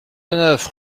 neuf